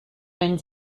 wenn